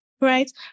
right